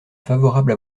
favorable